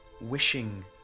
wishing